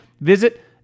visit